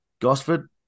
Gosford